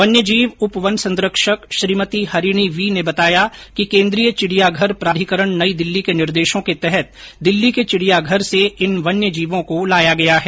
वन्य जीव उप वन संरक्षक श्रीमती हरिणी वी ने बताया कि केंद्रीय चिड़ियाघर प्राधिकरण नई दिल्ली के निर्देशों के तहत दिल्ली के चिडियाघर से इन वन्यजीवों को लाया गया है